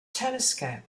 telescope